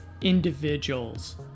individuals